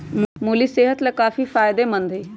मूरी सेहत लाकाफी फायदेमंद हई